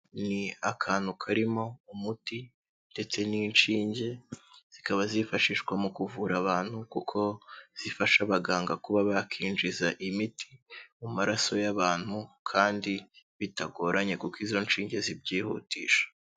Ni akantu karimo umuti ndetse n'inshinge, zikaba zifashishwa mu kuvura abantu kuko zifasha abaganga kuba bakinjiza imiti mu maraso y'abantu kandi bitagoranye kuko izo nshinge zibyihutisha.